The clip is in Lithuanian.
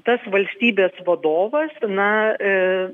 tas valstybės vadovas na